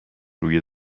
روی